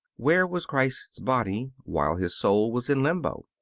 where was christ's body while his soul was in limbo?